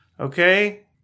Okay